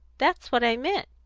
that's what i meant.